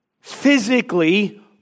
physically